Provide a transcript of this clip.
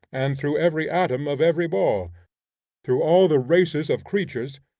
and through every atom of every ball through all the races of creatures,